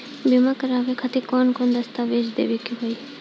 बीमा करवाए खातिर कौन कौन दस्तावेज़ देवे के होई?